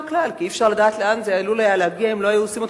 כי אי-אפשר לדעת לאן זה עלול היה להגיע אם לא היו עושים אותו